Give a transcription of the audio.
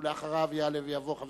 ואחריו, יעלה ויבוא חבר